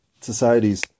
societies